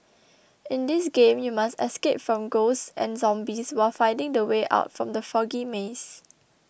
in this game you must escape from ghosts and zombies while finding the way out from the foggy maze